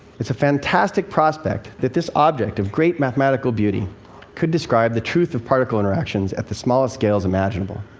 it's a fantastic prospect that this object of great mathematical beauty could describe the truth of particle interactions at the smallest scales imaginable.